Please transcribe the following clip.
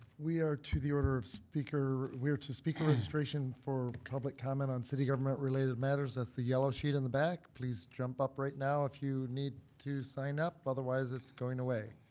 we are to the order of speaker, we're to speaker registration for public comment on city government related matters. that's the yellow sheet in the back. please jump up right now if you need to sign up, otherwise it's going away.